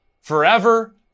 forever